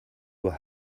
were